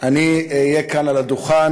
אני אהיה כאן, על הדוכן,